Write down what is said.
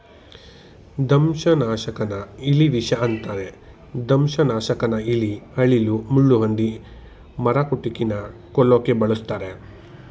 ದಂಶನಾಶಕನ ಇಲಿವಿಷ ಅಂತರೆ ದಂಶನಾಶಕನ ಇಲಿ ಅಳಿಲು ಮುಳ್ಳುಹಂದಿ ಮರಕುಟಿಕನ ಕೊಲ್ಲೋಕೆ ಬಳುಸ್ತರೆ